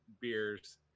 beers